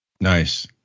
Nice